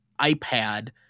iPad